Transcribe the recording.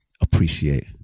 appreciate